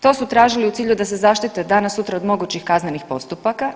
To su tražili u cilju da se zaštite danas sutra od mogućih kaznenih postupaka.